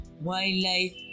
wildlife